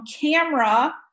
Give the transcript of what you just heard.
camera